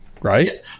right